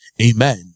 Amen